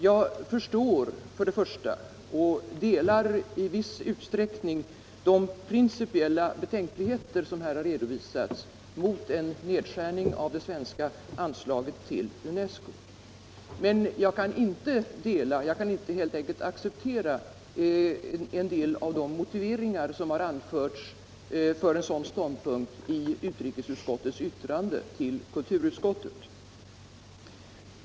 Jag vill först säga att jag förstår och i viss utsträckning delar de principiella betänkligheter som här har redovisats mot en nedskärning av det svenska anslaget till UNESCO. Men jag kan inte acceptera en del av de motiveringar för en sådan ståndpunkt som har anförts i utrikesutskottets yttrande till kulturutskottet.